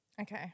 Okay